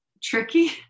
tricky